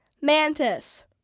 Mantis